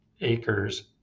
acres